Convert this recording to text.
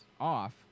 off